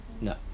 no